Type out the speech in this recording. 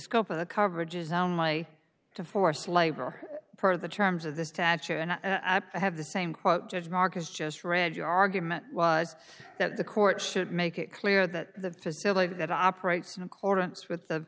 scope of the coverage is oh my to forced labor part of the terms of the statute and i have the same quote just mark is just read your argument was that the court should make it clear that the facility that operates in accordance with the